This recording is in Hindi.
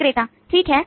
विक्रेता ठीक है